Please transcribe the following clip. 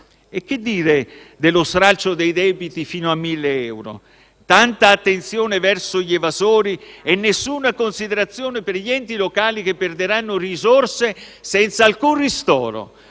E che dire dello stralcio dei debiti fino a 1.000 euro? Tanta attenzione verso gli evasori e nessuna considerazione per gli enti locali che perderanno risorse senza alcun ristoro.